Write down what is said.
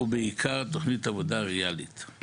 ובעיקר תוכנית עבודה ריאלית.